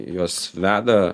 juos veda